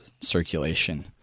circulation